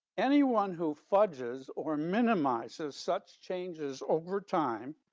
anyone who fudges or minimize as such changes over time,